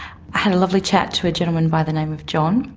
had a lovely chat to a gentleman by the name of john,